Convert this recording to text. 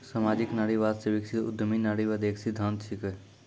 सामाजिक नारीवाद से विकसित उद्यमी नारीवाद एक सिद्धांत छिकै